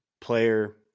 player